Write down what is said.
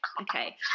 Okay